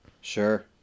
sure